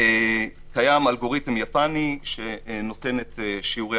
קיים אלגוריתם יפני שנותן את שיעורי